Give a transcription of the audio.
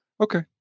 Okay